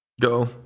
Go